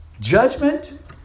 judgment